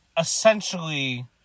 essentially